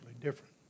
different